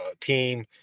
team